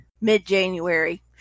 mid-January